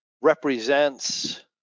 represents